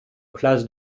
place